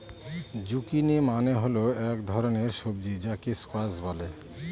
zucchini মানে হল এক ধরনের সবজি যাকে স্কোয়াশ বলে